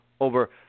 over